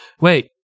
Wait